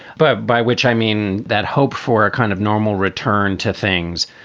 but by which i mean that hope for a kind of normal return to things.